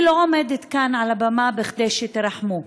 אני לא עומדת כאן, על הבמה, כדי שתרחמו.